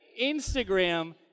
Instagram